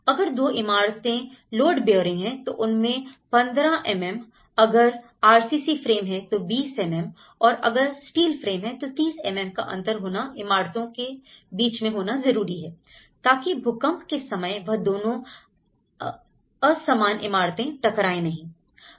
अगर दो इमारतें लोड बीयरिंग हैं तो उनमें 15mm अगर आरसीसी फ्रेम है तो 20mm और अगर स्टील फ्रेम है तो 30mm का अंतर दोनों इमारतों के बीच में होना जरूरी है ताकि भूकंप के समय वह दोनों असमान इमारतें टकराए नहीं